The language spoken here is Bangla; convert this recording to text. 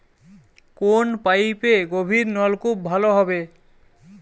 কোন পাইপে গভিরনলকুপ ভালো হবে?